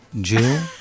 Jill